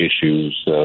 issues